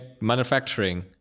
manufacturing